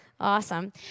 Awesome